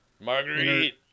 Marguerite